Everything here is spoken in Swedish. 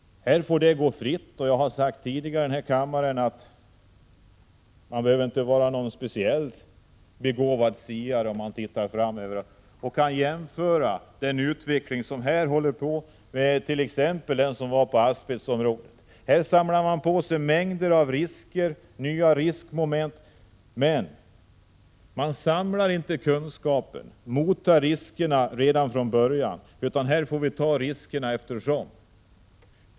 Här får de frågorna gå fria. Jag har sagt tidigare här i kammaren att man inte behöver vara någon speciellt begåvad siare för att förstå hur det kommer att gå. Man kan jämföra den utveckling som pågår på det området med t.ex. den som förekom på asbestområdet. Här samlar man på sig mängder av nya risker, men man samlar inte kunskaper för att redan från början minska riskerna, utan här får vi handskas med riskerna allteftersom utvecklingen framskrider.